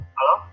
Hello